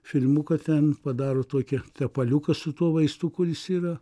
filmuką ten padaro tokį tepaliuką su tuo vaistu kuris yra